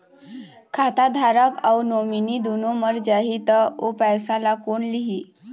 खाता धारक अऊ नोमिनि दुनों मर जाही ता ओ पैसा ला कोन लिही?